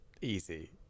Easy